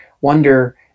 wonder